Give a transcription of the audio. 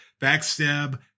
backstab